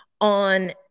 on